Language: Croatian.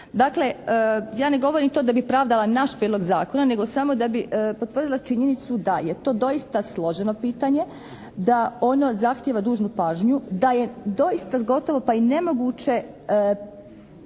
Dakle, ja ne govorim to da bi pravdala naš prijedlog zakona nego samo da bi potvrdila činjenicu da je to doista složeno pitanje, da ono zahtjeva dužnu pažnju, da je doista gotovo pa i nemoguće